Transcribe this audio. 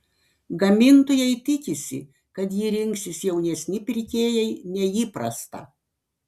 gamintojai tikisi kad jį rinksis jaunesni pirkėjai nei įprasta